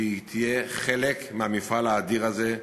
שהיא תהיה חלק מהמפעל האדיר הזה,